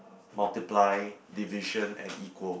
multiply division and equal